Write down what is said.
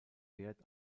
wert